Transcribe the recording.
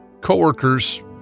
coworkers